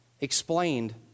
explained